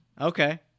Okay